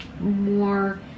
more